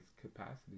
capacity